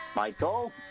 Michael